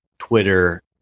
twitter